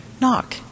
Knock